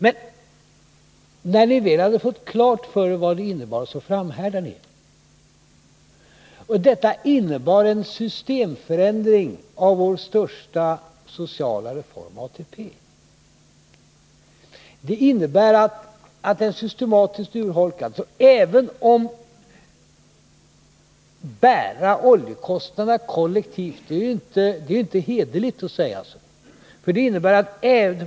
Men när ni väl hade fått klart för er vad det här innebär så framhärdar ni. Förslaget innebär en systemförändring av vår största sociala reform, ATP. Alla måste vara med och bära oljekostnaderna, heter det. Det är inte hederligt att säga så.